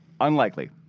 unlikely